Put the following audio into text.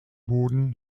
boden